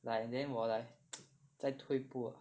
like then 我 like 在退步 ah